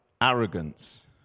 arrogance